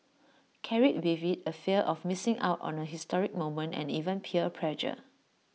carried with IT A fear of missing out on A historic moment and even peer pressure